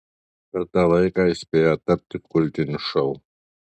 per tą laiką jis spėjo tapti kultiniu šou